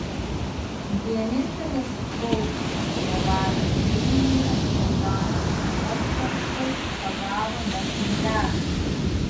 vienintelis kaunui atstovavęs dailininkas antanas obcarskas pagavo net lydeką